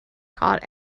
caught